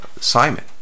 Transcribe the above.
simon